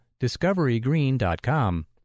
discoverygreen.com